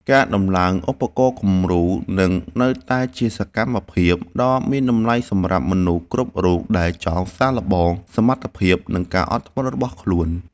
ការដំឡើងឧបករណ៍គំរូនឹងនៅតែជាសកម្មភាពដ៏មានតម្លៃសម្រាប់មនុស្សគ្រប់រូបដែលចង់សាកល្បងសមត្ថភាព និងការអត់ធ្មត់របស់ខ្លួន។